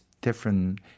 different